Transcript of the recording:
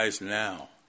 Now